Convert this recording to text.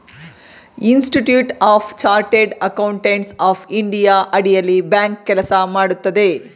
institute of chartered accountants of India ಅಡಿಯಲ್ಲಿ bank ಕೆಲಸ ಮಾಡುತ್ತದೆ